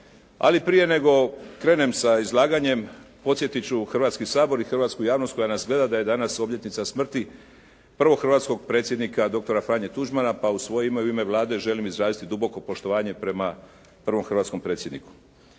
Ali prije nego krenem sa izlaganjem podsjetit ću Hrvatski sabor i hrvatsku javnost koja nas gleda da je danas obljetnica smrti prvog hrvatskog Predsjednika doktora Franje Tuđmana pa u svoje ime i u ime Vlade želim izraziti duboko poštovanje prema prvom hrvatskom predsjedniku.